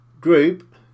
group